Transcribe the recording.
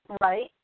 right